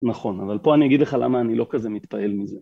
נכון אבל פה אני אגיד לך למה אני לא כזה מתפעל מזה